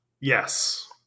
Yes